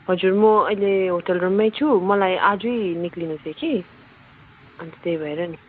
हजुर म अहिले होटल रुममै छु मलाई आजै निस्किनु थियो कि अन्त त्यही भएर नि